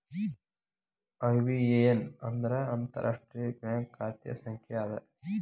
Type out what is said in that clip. IBAN ಅಂದ್ರ ಅಂತಾರಾಷ್ಟ್ರೇಯ bank ಖಾತೆ ಸಂಖ್ಯಾ ಅದ